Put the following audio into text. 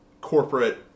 corporate